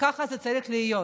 וככה זה צריך להיות.